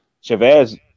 Chavez